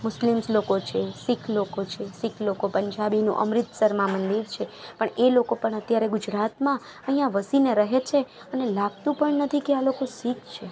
Muslims લોકો છે શીખ લોકો છે શીખ લોકો પંજાબીનું અમૃતસરમાં મંદિર છે પણ એ લોકો પણ અત્યારે ગુજરાતમાં અહીંયા વસીને રહે છે અને લાગતું પણ નથી કે આ લોકો શીખ છે